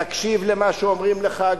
תקשיב למה שאומרים לך,